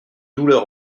douleur